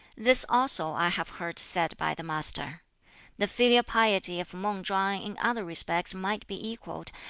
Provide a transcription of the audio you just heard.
this also i have heard said by the master the filial piety of mang chwang in other respects might be equalled,